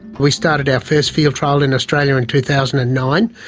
we started our first field trial in australia in two thousand and nine